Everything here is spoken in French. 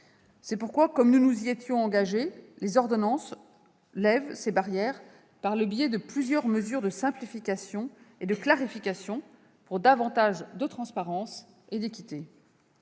d'iniquité. Comme nous nous y étions engagés, les ordonnances lèvent ces barrières par le biais de plusieurs mesures de simplification et de clarification pour davantage de transparence et d'équité.